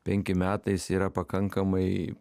penki metai is yra pakankamai